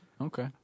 Okay